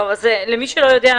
למי שלא יודע,